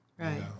right